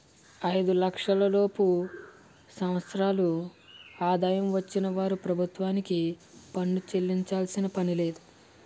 ఐదు లక్షల లోపు సంవత్సరాల ఆదాయం వచ్చిన వారు ప్రభుత్వానికి పన్ను చెల్లించాల్సిన పనిలేదు